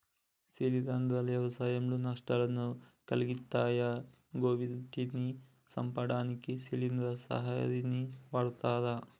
శిలీంద్రాలు వ్యవసాయంలో నష్టాలను కలిగిత్తయ్ గివ్విటిని సంపడానికి శిలీంద్ర సంహారిణిని వాడ్తరు